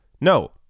No